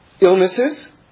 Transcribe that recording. illnesses